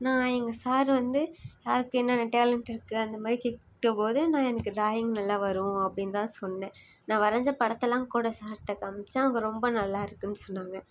நான் எங்கள் சார் வந்து யாருக்கு என்னென்ன டேலண்ட் இருக்கு அந்த மாதிரி கேட்டபோது நான் எனக்கு ட்ராயிங் நல்லா வரும் அப்படின்தான் சொன்னன் நான் வரஞ்ச படத்த எல்லாம் கூட சார்கிட்ட காமிச்சன் அவங்க ரொம்ப நல்லாருக்குன்னு சொன்னாங்க